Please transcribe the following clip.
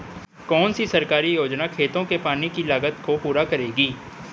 कौन सी सरकारी योजना खेतों के पानी की लागत को पूरा करेगी?